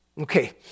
Okay